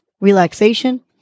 relaxation